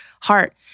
heart